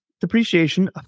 depreciation